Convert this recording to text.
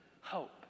Hope